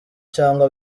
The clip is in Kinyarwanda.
cyangwa